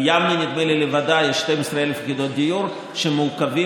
ביבנה לבדה יש 12,000 יחידות דיור שמעוכבות